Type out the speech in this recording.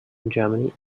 germany